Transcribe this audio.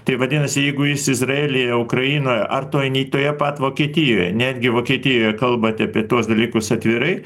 tai vadinasi jeigu jis izraelyje ukrainoj ar toj nei toje pat vokietijoje netgi vokietijoje kalbate apie tuos dalykus atvirai